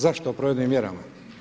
Zašto o provedbenim mjerama?